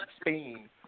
Spain